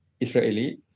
Israeli